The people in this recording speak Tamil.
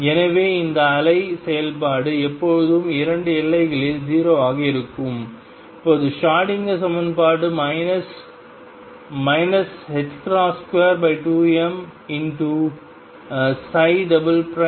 எனவே அந்த அலை செயல்பாடு எப்போதும் இரண்டு எல்லைகளில் 0 ஆக இருக்கும் இப்போது ஷ்ரோடிங்கர் சமன்பாடு மைனஸ் 22mVxψEψ